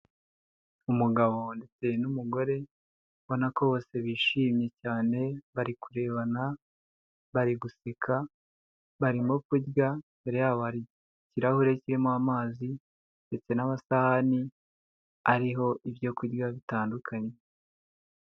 Umugabo ndetse n'umugore ubona ko bose bishimye cyane bari kurebana, bari guseka, barimo kurya, imbere yabo ikirahure kirimo amazi ndetse n'amasahani ariho ibyo kurya bitandukanye.